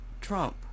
trump